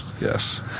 yes